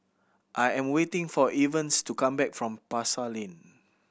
I am waiting for Evans to come back from Pasar Lane